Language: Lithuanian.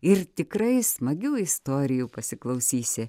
ir tikrai smagių istorijų pasiklausysi